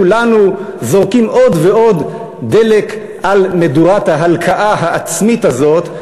כולנו זורקים עוד ועוד דלק אל מדורת ההלקאה העצמית הזאת.